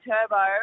Turbo